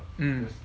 mm